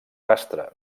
rastre